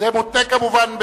זה מותנה, כמובן,